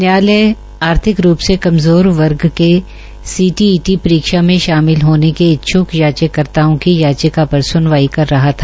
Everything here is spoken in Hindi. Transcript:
न्यायालय आर्थिक रूप से कमज़ोर वर्ग सीटीईटी परीक्षा में शामिल होने के इच्छ्क याचिका पर स्नवाई कर रहा था